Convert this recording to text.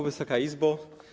Wysoka Izbo!